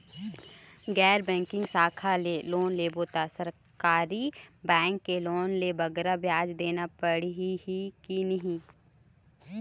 गैर बैंकिंग शाखा ले लोन लेबो ता सरकारी बैंक के लोन ले बगरा ब्याज देना पड़ही ही कि नहीं?